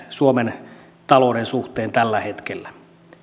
suomen talouden suhteen tällä hetkellä